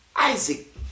isaac